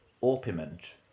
orpiment